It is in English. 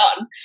on